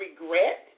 regret